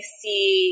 see